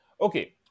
Okay